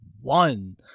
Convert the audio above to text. one